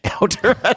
Elder